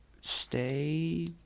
stay